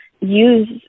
use